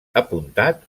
apuntat